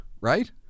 Right